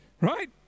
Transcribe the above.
Right